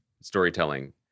storytelling